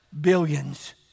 billions